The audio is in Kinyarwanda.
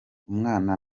umwana